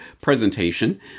presentation